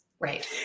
Right